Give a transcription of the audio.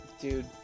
dude